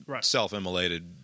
self-immolated